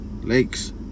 lakes